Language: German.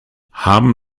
haben